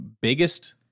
biggest